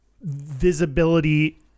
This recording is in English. visibility